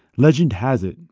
legend has it,